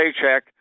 paycheck